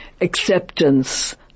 acceptance